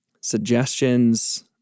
suggestions